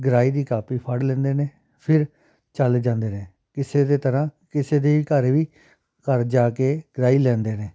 ਗਰਾਈ ਦੀ ਕਾਪੀ ਫੜ੍ਹ ਲੈਂਦੇ ਨੇ ਫਿਰ ਚੱਲ ਜਾਂਦੇ ਨੇ ਕਿਸੇ ਦੇ ਤਰ੍ਹਾਂ ਕਿਸੇ ਦੇ ਘਰ ਵੀ ਘਰ ਜਾ ਕੇ ਗਰਾਈ ਲੈਂਦੇ ਨੇ